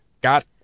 got